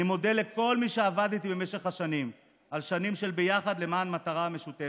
אני מודה לכל מי שעבד איתי במשך שנים על שנים של ביחד למען מטרה משותפת.